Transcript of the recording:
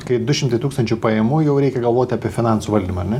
kai du šimtai tūkstančių pajamų jau reikia galvoti apie finansų valdymą